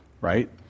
right